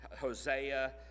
Hosea